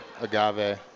agave